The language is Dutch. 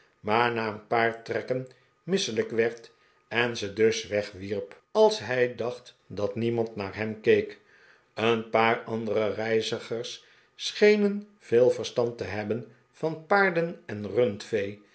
maar na een paar trekken misselijk werd en ze dus wegwierp als hij dacht dat niemand naar hem keek een paar andere reizigers schenen veel verstand te hebben van paarden en rundvee